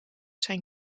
zijn